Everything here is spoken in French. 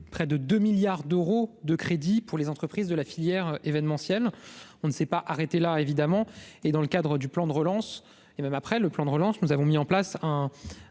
près de 2 milliards d'euros de crédit pour les entreprises de la filière événementielle, on ne s'est pas arrêté là, évidemment, et dans le cadre du plan de relance, et même après le plan de relance, nous avons mis en place un